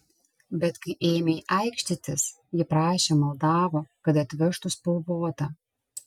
bet kai ėmei aikštytis ji prašė maldavo kad atvežtų spalvotą